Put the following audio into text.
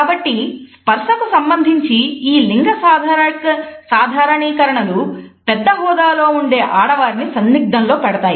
కాబట్టి స్పర్సకు సంబంధించి ఈ లింగ సాధారణీకరణలు పెద్ద హోదాలో ఉండె ఆడవారిని సందిగ్ధంలో పెడతాయి